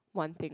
one thing